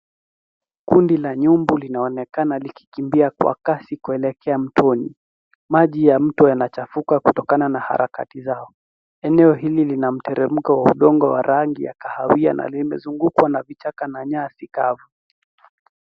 Kundi la nyumbu linaonekana likikimbia kwa kasi kuelekea mtoni. Maji ya mto yanachafuka kutokana na harakati zao. Eneo hili lina mteremko wa udongo wa rangi ya kahawia na limezungukwa na vichaka na nyasi kavu.